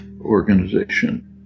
organization